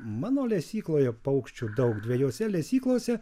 mano lesykloje paukščių daug dvejose lesyklose